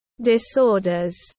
disorders